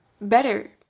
better